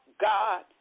God